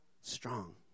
strong